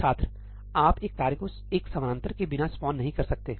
छात्र आप एक कार्य को एक समानांतर के बिना स्पॉन नहीं कर सकते